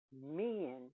men